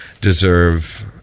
deserve